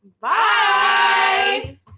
Bye